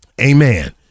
Amen